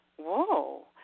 whoa